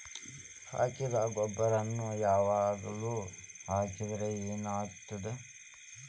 ಹಾಕಿದ್ದ ಗೊಬ್ಬರಾನೆ ಯಾವಾಗ್ಲೂ ಹಾಕಿದ್ರ ಏನ್ ಆಗ್ತದ?